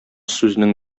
сүзнең